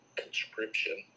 conscription